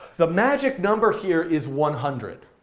the magic number here is one hundred.